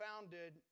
founded